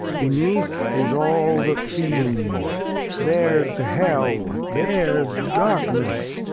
beneath is all the fiends there's hell, there's darkness,